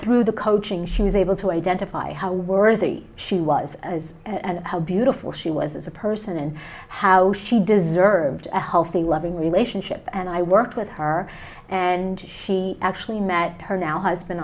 through the coaching she was able to identify how worthy she was and how beautiful she was as a person and how she deserved a healthy loving relationship and i worked with her and she actually met her now husband